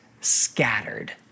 scattered